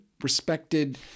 respected